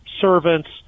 servants